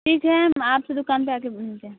ठीक है हम आपसे दुकान पर आ कर मिलते हैं